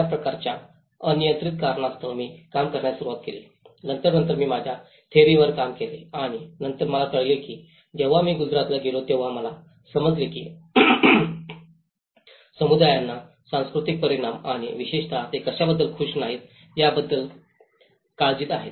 या प्रकारच्या अनियंत्रित कारणास्तव मी काम करण्यास सुरवात केली नंतर नंतर मी माझ्या थेसिसवर काम केले आणि नंतर मला कळले की जेव्हा मी गुजरातला गेलो तेव्हा मला समजले की समुदायांना सांस्कृतिक परिमाण आणि विशेषतः ते कशाबद्दल खूश नाहीत याबद्दल काळजीत आहेत